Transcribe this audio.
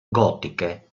gotiche